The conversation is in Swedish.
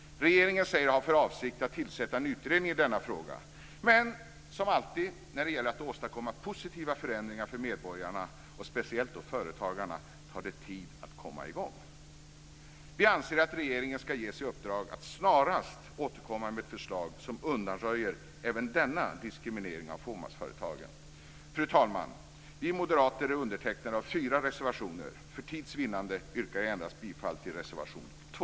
Regeringen säger sig ha för avsikt att tillsätta en utredning i denna fråga, men som alltid när det gäller att åstadkomma positiva förändringar för medborgarna - speciellt företagarna - tar det tid att komma i gång. Vi anser att regeringen ska ges i uppdrag att snarast återkomma med ett förslag som undanröjer även denna diskriminering av fåmansföretagen. Fru talman! Vi moderater är undertecknare av fyra reservationer, och för tids vinnande yrkar jag bifall endast till reservation 2.